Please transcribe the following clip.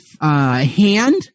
hand